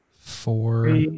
Four